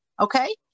Okay